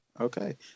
okay